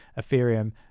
ethereum